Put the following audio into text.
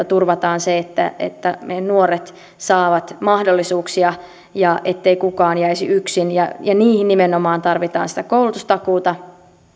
turvataan se että että nuoret saavat mahdollisuuksia ja ettei kukaan jäisi yksin ja ja niihin nimenomaan tarvitaan sitä koulutustakuuta